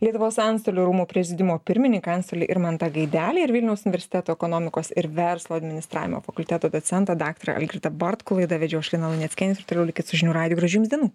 lietuvos antstolių rūmų prezidiumo pirmininką antstolį irmantą gaidelį ir vilniaus universiteto ekonomikos ir verslo administravimo fakulteto docentą daktarą algirdą bartkų laidą vedžiau aš liną lainecienė ir toliau likit su žinių radiju gražių jums dienų